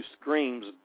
screams